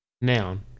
Noun